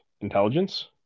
Intelligence